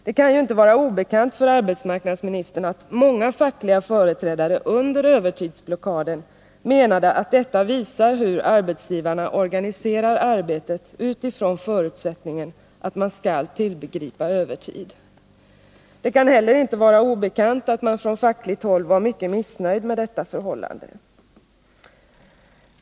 Det kan ju inte vara obekant för arbetsmarknadsministern att många fackliga företrädare under övertidsblockaden menade att dessa visade hur arbetsgivarna organiserar arbetet utifrån förutsättningen att man skall tillgripa övertid. Det kan heller inte vara obekant att man från fackligt håll var mycket missnöjd med detta förhållande.